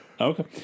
Okay